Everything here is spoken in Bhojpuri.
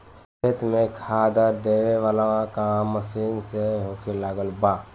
खेत में खादर देबे वाला काम मशीन से होखे लागल बा